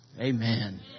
Amen